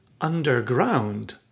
underground